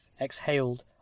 exhaled